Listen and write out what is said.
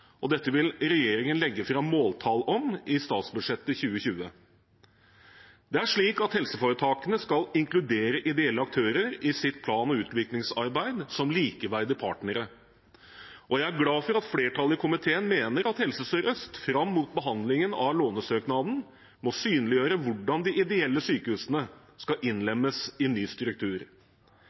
Dette vil regjeringen legge fram måltall om i statsbudsjettet for 2020. Det er slik at helseforetakene skal inkludere ideelle aktører som likeverdige partnere i sitt plan- og utviklingsarbeid. Jeg er glad for at flertallet i komiteen mener at Helse Sør-Øst fram mot behandlingen av lånesøknaden må synliggjøre hvordan de ideelle sykehusene skal innlemmes i ny struktur.